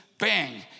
Bang